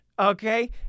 Okay